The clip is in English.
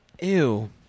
Ew